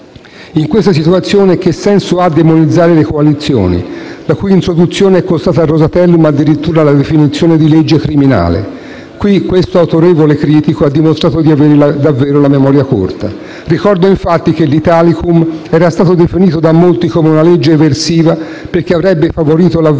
In questa situazione, che senso ha demonizzare le coalizioni, la cui introduzione è costata al Rosatellum addirittura la definizione di «legge criminale»? Qui, questo autorevole critico ha dimostrato di avere davvero la memoria corta. Ricordo, infatti, che l'Italicum era stato definito da molti come una legge eversiva perché avrebbe favorito l'avvento